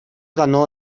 ganó